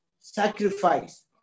sacrifice